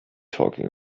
talking